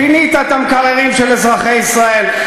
פינית את המקררים של אזרחי ישראל,